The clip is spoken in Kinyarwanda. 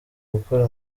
gukora